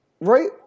Right